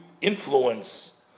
influence